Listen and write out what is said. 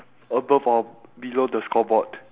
above or below the scoreboard